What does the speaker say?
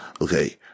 Okay